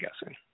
guessing